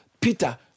Peter